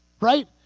Right